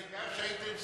בעיקר כשהייתם,